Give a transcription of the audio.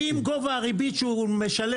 אם גובה הריבית שהוא משלם